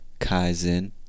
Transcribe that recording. Kaizen